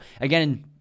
again